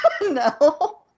No